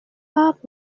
barbed